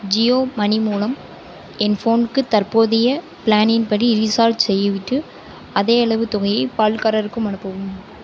Jio money மூலம் என் ஃபோனுக்கு தற்போதைய பிளானின் படி ரீசார்ச் செய்துவிட்டு அதேயளவு தொகையை பால்காரருக்கும் அனுப்பவும்